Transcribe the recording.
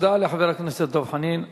תודה לחבר הכנסת דב חנין.